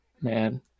Man